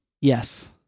Yes